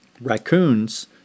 Raccoons